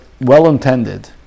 well-intended